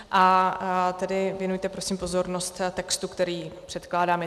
A věnujte prosím pozornost textu, který předkládám.